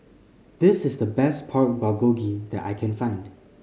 this is the best Pork Bulgogi that I can find